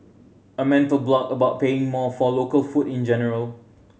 a mental block about paying more for local food in general